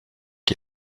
die